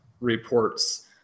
reports